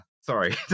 sorry